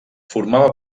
formava